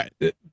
right